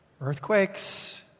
earthquakes